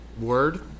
word